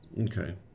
Okay